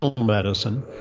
medicine